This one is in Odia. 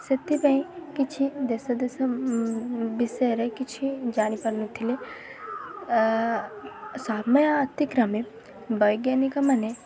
ସେଥିପାଇଁ କିଛି ଦେଶ ଦେଶ ବିଷୟରେ କିଛି ଜାଣିପାରୁନଥିଲେ ସମୟ ଅତିକ୍ରମେ ବୈଜ୍ଞାନିକମାନେ